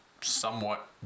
somewhat